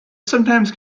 sometimes